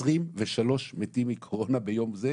23 מתים מקורונה ביום זה,